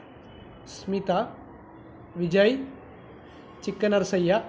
Smitha Vijay Chikkanarasaiah